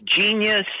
genius